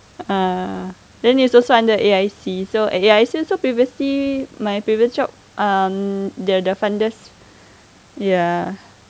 ah then it's also under A_I_C so previously my previous job um they are the funders ya